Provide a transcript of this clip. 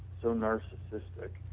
so narcissistic